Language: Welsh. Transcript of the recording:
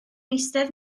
eistedd